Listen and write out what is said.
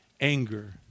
anger